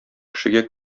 кешегә